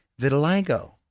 Vitiligo